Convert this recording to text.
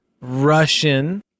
Russian